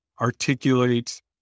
articulate